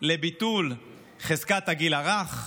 לביטול חזקת הגיל הרך,